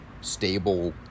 stable